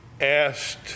asked